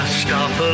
stop